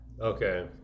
Okay